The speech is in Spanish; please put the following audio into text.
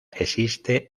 existe